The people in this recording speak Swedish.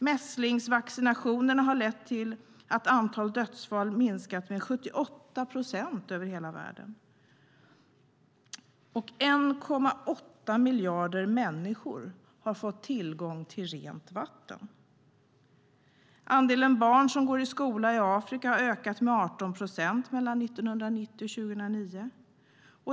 Mässlingsvaccinationerna har lett till att antalet dödsfall minskat med 78 procent över hela världen. 1,8 miljarder människor har fått tillgång till rent vatten. Andelen barn som går i skola i Afrika har ökat med 18 procent mellan 1990 och 2009.